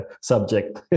subject